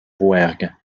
rouergue